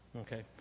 Okay